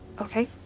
Okay